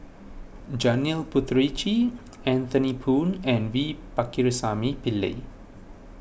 Janil Puthucheary Anthony Poon and V Pakirisamy Pillai